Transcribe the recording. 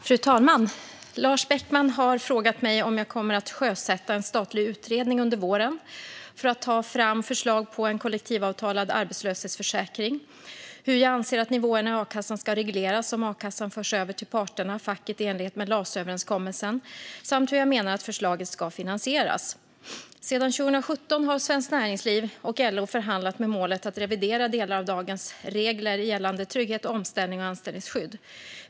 Fru talman! Lars Beckman har frågat mig om jag kommer att sjösätta en statlig utredning under våren för att ta fram förslag på en kollektivavtalad arbetslöshetsförsäkring, hur jag anser att nivåerna i a-kassan ska regleras om a-kassan förs över till parterna/facket i enlighet med LAS-överenskommelsen och hur jag menar att förslaget ska finansieras. Sedan 2017 har Svenskt Näringsliv och LO förhandlat med målet att revidera delar av dagens regler gällande trygghet, omställning och anställningsskydd.